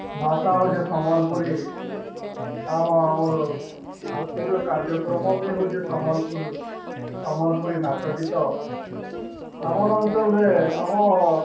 ଭାଷା ହଉଚେ ସମ୍ବଲପୁରୀ ଆଉ ଆମର୍ ସାଂସ୍କୃତିକ କାର୍ଯ୍ୟକ୍ରମ ବି ହଉଚେ ସମ୍ବଲପୁରୀ ସମ୍ବଲପୁରୀ ନାଚ ଗୀତ ଆମର ଅଞ୍ଚଲ୍ରେ ଆମ